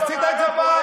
עשית את זה פעם?